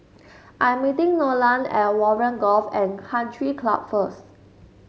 I am meeting Nolan at Warren Golf and Country Club first